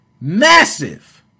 massive